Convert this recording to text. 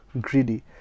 greedy